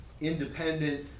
independent